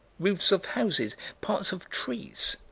roofs of houses, parts of trees.